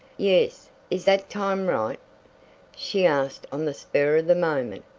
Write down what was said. yes, is that time right she asked on the spur of the moment,